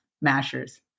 mashers